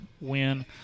win